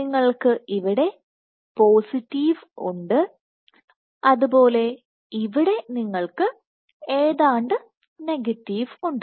നിങ്ങൾക്ക് ഇവിടെ പോസിറ്റീവ് ഉണ്ട്അതുപോലെ ഇവിടെ നിങ്ങൾക്ക് ഏതാണ്ട് നെഗറ്റീവ് ഉണ്ട്